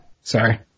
sorry